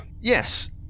Yes